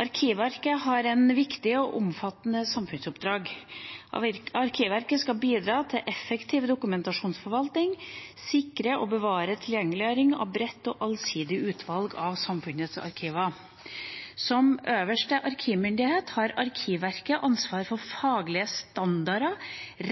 Arkivverket har et viktig og omfattende samfunnsoppdrag. Arkivverket skal bidra til effektiv dokumentasjonsforvaltning, sikre og bevare tilgjengeliggjøring av et bredt og allsidig utvalg av samfunnets arkiver. Som øverste arkivmyndighet har Arkivverket ansvar for faglige standarder,